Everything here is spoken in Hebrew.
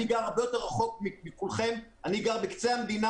אני גר הרבה יותר רחוק מכולכם אני גר בקצה המדינה,